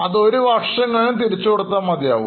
അത് ഒരു വർഷം കഴിഞ്ഞു തിരിച്ചു കൊടുത്താൽ മതിയാകും